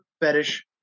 fetish